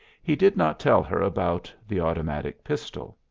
he did not tell her about the automatic pistol.